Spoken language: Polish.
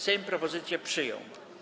Sejm propozycję przyjął.